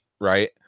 right